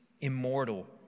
immortal